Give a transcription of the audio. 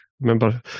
Remember